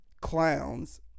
clowns